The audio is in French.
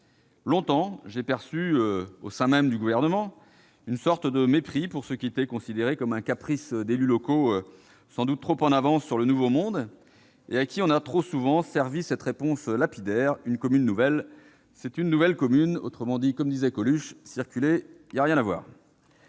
Longtemps, j'ai perçu, au sein même du Gouvernement, une sorte de mépris pour ce qui était considéré comme un caprice d'élus locaux sans doute trop en avance sur le nouveau monde, et à qui on a trop souvent servi cette réponse lapidaire :« Une commune nouvelle, c'est une nouvelle commune !» Autrement dit, comme disait Coluche :« Circulez, il n'y a rien à voir